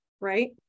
right